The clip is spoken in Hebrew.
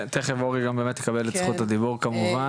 תיכף אורי גם באמת יקבל את זכות הדיבור כמובן.